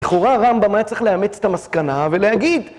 בחורה רמבה מה יצטרך לאמץ את המסקנה ולהגיד?